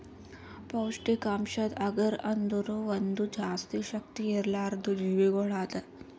ಪೌಷ್ಠಿಕಾಂಶದ್ ಅಗರ್ ಅಂದುರ್ ಒಂದ್ ಜಾಸ್ತಿ ಶಕ್ತಿ ಇರ್ಲಾರ್ದು ಜೀವಿಗೊಳ್ ಅದಾ